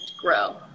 grow